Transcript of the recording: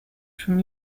from